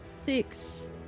six